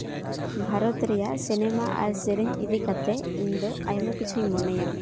ᱵᱷᱟᱨᱚᱛ ᱨᱮᱭᱟᱜ ᱥᱤᱱᱮᱢᱟ ᱟᱨ ᱥᱮᱨᱮᱧ ᱤᱫᱤ ᱠᱟᱛᱮᱫ ᱤᱧᱫᱚ ᱟᱭᱢᱟ ᱠᱤᱪᱷᱩᱧ ᱢᱚᱱᱮᱭᱟ